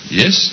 yes